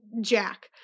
jack